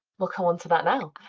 we'll come onto that now.